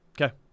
Okay